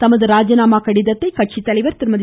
தமது ராஜினாமா கடிதத்தை கட்சி தலைவா் திருமதி